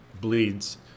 bleeds